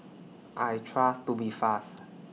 I Trust Tubifast